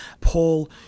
Paul